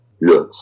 Yes